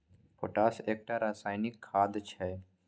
potash एकटा रासायनिक खाद छै